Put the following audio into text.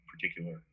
particular